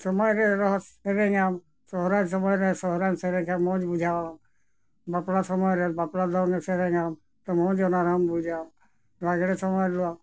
ᱥᱚᱢᱚᱭ ᱨᱮ ᱨᱚᱥ ᱥᱮᱨᱮᱧ ᱟᱢ ᱥᱚᱦᱚᱨᱟᱭ ᱥᱚᱢᱚᱭ ᱨᱮ ᱥᱚᱦᱚᱨᱟᱭ ᱮᱢ ᱥᱮᱨᱮᱧ ᱠᱷᱟᱱ ᱢᱚᱡᱽ ᱵᱩᱡᱷᱟᱹᱜᱼᱟ ᱵᱟᱯᱞᱟ ᱥᱚᱢᱚᱭ ᱨᱮ ᱵᱟᱯᱞᱟ ᱫᱚᱝ ᱮᱢ ᱥᱮᱨᱮᱧᱟᱢ ᱛᱚ ᱢᱚᱡᱽ ᱚᱱᱟ ᱨᱮᱦᱚᱸᱢ ᱵᱩᱡᱟ ᱞᱟᱜᱽᱲᱮ ᱥᱚᱢᱚᱭ ᱨᱮᱫᱚ